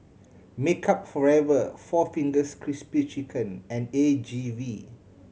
Makeup Forever Four Fingers Crispy Chicken and A G V